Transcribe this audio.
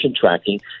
tracking